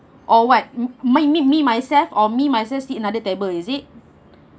or what might me me me myself or me myself sit another table is it